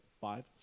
five